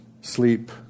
sleep